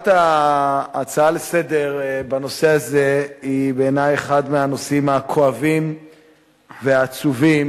ההצעה לסדר-היום בנושא הזה היא בעיני אחד הנושאים הכואבים והעצובים,